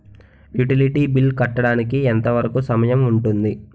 Utility bill కట్టడానికి ఎంత వరుకు సమయం ఉంటుంది?